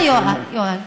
תודה, יואל.